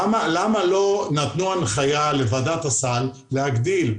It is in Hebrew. למה לא נתנו הנחיה לוועדת הסל להגדיל?